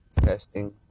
testing